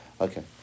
Okay